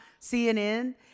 CNN